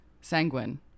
sanguine